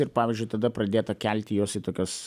ir pavyzdžiui tada pradėta kelti juos į tokias